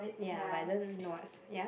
ya but I don't know what's ya